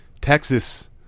Texas